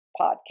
podcast